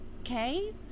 Okay